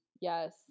Yes